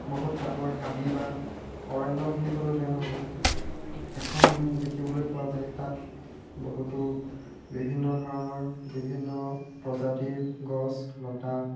বহুত ডাঙৰ হাবি বা অৰণ্য বুলি ক'লেও বেয়া নহ'ব এখন দেখিবলৈ পোৱা যায় তাত বহুতো বিভিন্ন ধৰণৰ বিভিন্ন প্ৰজাতিৰ গছ লতা